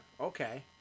Okay